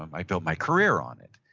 um i built my career on it.